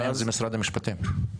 זה משרד המשפטים.